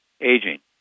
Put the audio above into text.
aging